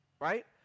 Right